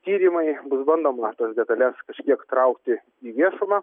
tyrimai bus bandoma tas detales kažkiek traukti į viešumą